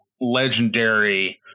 legendary